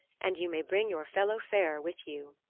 and you may bring your fellow farer with you.